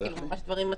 ממש דברים מצחיקים.